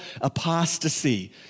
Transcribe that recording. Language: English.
apostasy